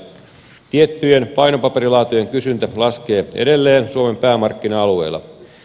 tiettyjen painopaperilaatujen kysyntä laskee edelleen suomen päämarkkina alueella